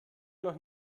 noch